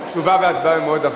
תשובה והצבעה במועד אחר.